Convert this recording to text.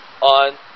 on